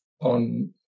on